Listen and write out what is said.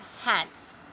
hands